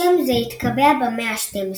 שם זה התקבע במאה ה-12.